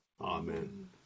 Amen